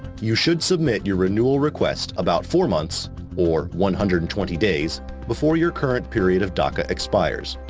you should submit your renewal request about four months or one hundred and twenty days before your current period of daca expires.